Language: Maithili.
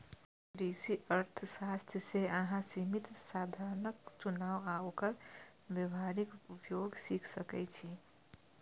कृषि अर्थशास्त्र सं अहां सीमित साधनक चुनाव आ ओकर व्यावहारिक उपयोग सीख सकै छी